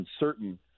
uncertain